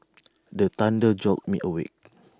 the thunder jolt me awake